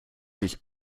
sich